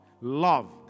love